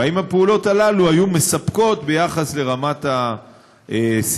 והאם הפעולות האלה היו מספקות ביחס לרמת הסיכון.